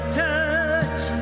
touch